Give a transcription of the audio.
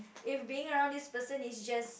if being around this person is just